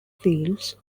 fields